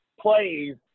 plays